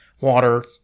water